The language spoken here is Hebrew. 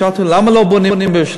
שאלתי אותו: למה לא בונים בירושלים?